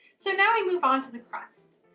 so now we move on to the crust.